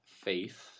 faith